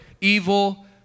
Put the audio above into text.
evil